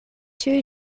two